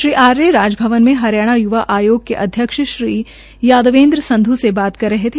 श्री आर्य राजभवन में हरियाणा यूवा आयोग के अध्यक्ष श्री यादवेन्द्र संध् से बात कर रहे थे